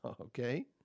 okay